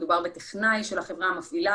מדובר בטכנאי של החברה המפעילה,